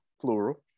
plural